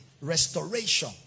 restoration